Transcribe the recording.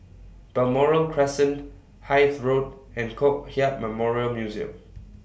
Balmoral Crescent Hythe Road and Kong Hiap Memorial Museum